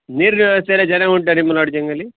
ನೀರಿನ ವ್ಯವಸ್ಥೆ ಎಲ್ಲ ಚೆನ್ನಾಗಿ ಉಂಟಾ ನಿಮ್ಮ ಲಾಡ್ಜಿಂಗಲ್ಲಿ